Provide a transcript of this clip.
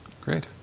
Great